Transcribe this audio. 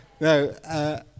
No